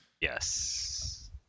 yes